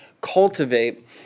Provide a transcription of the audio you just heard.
cultivate